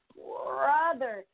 brother